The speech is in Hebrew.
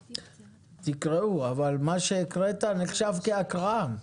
תקראו, אבל מה שהקראת נחשב כהקראה.